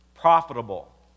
Profitable